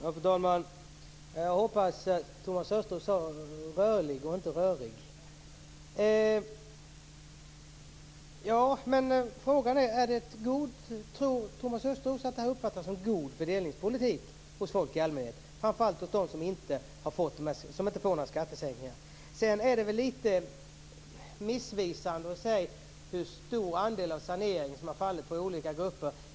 Fru talman! Jag hoppas att Thomas Östros sade "rörlig" och inte "rörig". Tror Thomas Östros att det här uppfattas som god fördelningspolitik hos folk i allmänhet, framför allt hos dem som inte får några skattesänkningar? Sedan är det väl litet missvisande att tala om hur stor andel av saneringen som har fallit på olika grupper.